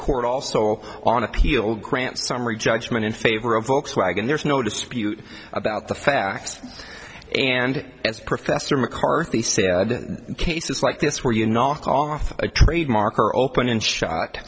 court also on appeal grant summary judgment in favor of volkswagen there's no dispute about the facts and as professor mccarthy said cases like this where you knock off a trademark or open and shot